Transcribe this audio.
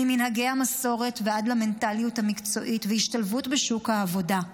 ממנהגי המסורת ועד למנטליות המקצועית וההשתלבות בשוק העבודה,